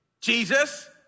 Jesus